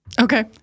Okay